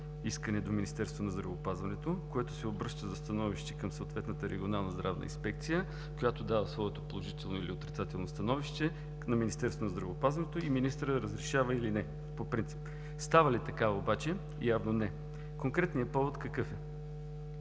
искане до Министерството на здравеопазването, което се обръща за становище към съответната Регионална здравна инспекция, която дава своето положително или отрицателно становище на Министерството на здравеопазването и министърът разрешава или не – по принцип. Става ли така обаче? Явно не. Конкретният повод какъв е?